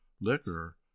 liquor